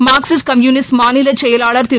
Marxist communist மாநில செயலாளர் திரு